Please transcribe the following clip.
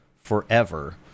forever